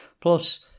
Plus